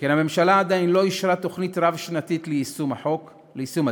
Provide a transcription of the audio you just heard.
שכן הממשלה עדיין לא אישרה תוכנית רב-שנתית ליישום הדוח,